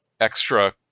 extra